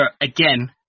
again